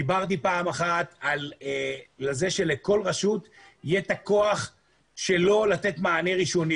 דיברתי פעם אחת על כך שלכל רשות יהיה את הכוח לתת מענה מקומי.